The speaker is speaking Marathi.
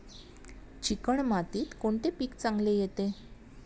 चिकण मातीत कोणते पीक चांगले येते?